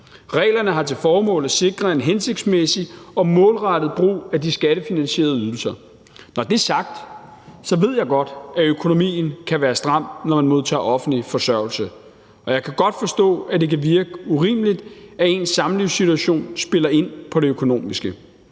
Reglerne har til formål at sikre en hensigtsmæssig og målrettet brug af de skattefinansierede ydelser. Når det er sagt, ved jeg godt, at økonomien kan være stram, når man modtager offentlig forsørgelse, og jeg kan godt forstå, at det kan virke urimeligt, at ens samlivssituation spiller ind på det økonomiske.